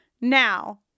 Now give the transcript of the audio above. now